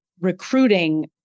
recruiting